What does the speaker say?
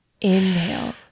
inhale